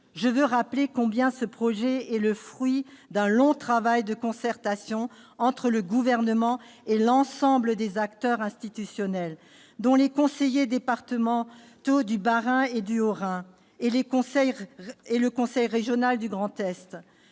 Je veux rappeler combien ce projet est le fruit d'un long travail de concertation entre le Gouvernement et l'ensemble des acteurs institutionnels, dont les conseils départementaux du Bas-Rhin et du Haut-Rhin et le conseil régional du Grand Est.